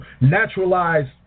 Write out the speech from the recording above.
naturalized